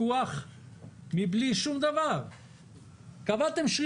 כאמור בסעיף 5(ד); הסמכות להוסיף על סכום העיצום